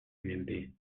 l’ump